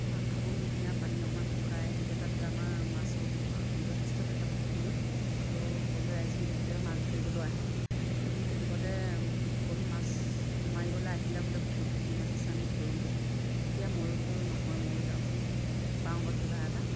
মাঘ ফাগুনমহীয়া পানী অকণমান শুকায় তেতিয়া তাত আমাৰ মাছো যথেষ্ট থাকে পুখুৰীটোত আৰু সকলো ৰাইজ মিলি কেতিয়াবা মাছ ধৰিবলৈও আহে এদিন তেনেকুৱাতে হ'ল মাছ মাৰিবলৈ আহিলে বোলে পুখুৰীটোত আমি কি মাছ আছে ধৰোঁগৈ তেতিয়া মই বোলো নহয় ময়ো যাওঁচোন পাওঁ বা কিবা এটা